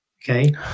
okay